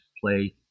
play